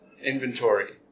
inventory